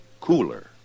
Cooler